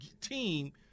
team –